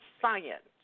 science